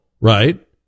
right